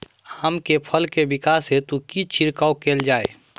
आम केँ फल केँ विकास हेतु की छिड़काव कैल जाए?